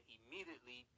immediately